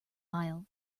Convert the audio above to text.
aisle